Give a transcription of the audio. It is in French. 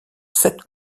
sept